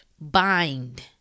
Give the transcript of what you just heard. Bind